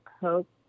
hope